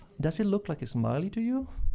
does it look like a smiley to you?